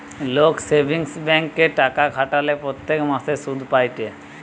লোক সেভিংস ব্যাঙ্কে টাকা খাটালে প্রত্যেক মাসে সুধ পায়েটে